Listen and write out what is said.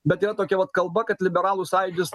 bet yra tokia vat kalba kad liberalų sąjūdis